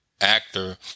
actor